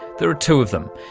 there are two of them,